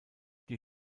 die